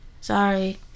Sorry